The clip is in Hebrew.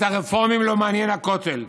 את הרפורמים לא מעניין הכותל,